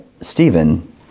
Stephen